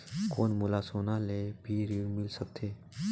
कौन मोला सोना ले भी ऋण मिल सकथे?